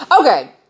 Okay